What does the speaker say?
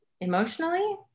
emotionally